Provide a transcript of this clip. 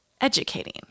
Educating